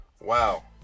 Wow